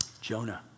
Jonah